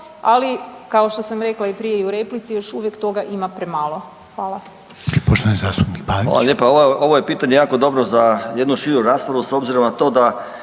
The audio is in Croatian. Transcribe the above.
ali kao što sam rekla prije i u replici, još uvijek toga ima premalo. Hvala.